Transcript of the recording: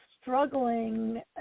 struggling